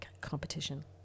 competition